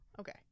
Okay